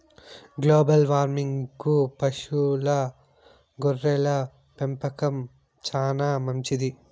global వార్మింగ్కు పశువుల గొర్రెల పెంపకం చానా మంచిది